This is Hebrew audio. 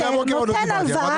נותן הלוואה,